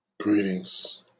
Greetings